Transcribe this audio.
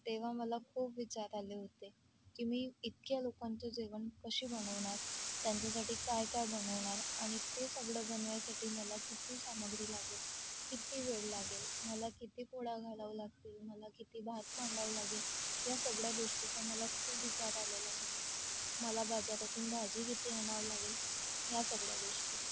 तेव्हा मला खूप विचार आले होते की मी इतक्या लोकांचे जेवण कशी बनवणार त्यांच्यासाठी काय काय बनवणार आणि ते सगळं बनवायसाठी मला किती सामग्री लागेल किती वेळ लागेल मला किती पोळ्या घालावं लागतील मला किती भात मांडावं लागेल या सगळ्या गोष्टीचा मला खूप विचार आलेला मला बाजारातून भाजी किती आणावं लागेल या सगळ्या गोष्टी